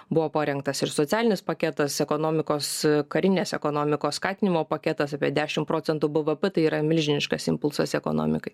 buvo parengtas ir socialinis paketas ekonomikos karinės ekonomikos skatinimo paketas apie dešimt procentų b v p tai yra milžiniškas impulsas ekonomikai